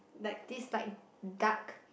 this like dark